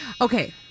Okay